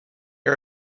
are